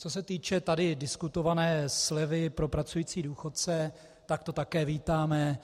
Co se týče diskutované slevy pro pracující důchodce, tak to také vítáme.